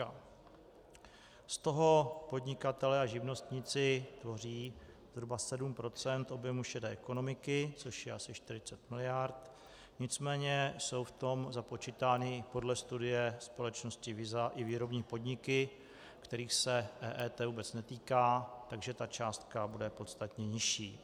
Z toho podnikatelé a živnostníci tvoří zhruba 7 % objemu šedé ekonomiky, což je asi 40 mld., nicméně jsou v tom započítáni podle studie společnosti VISA i výrobní podniky, kterých se EET vůbec netýká, takže ta částka bude podstatně nižší.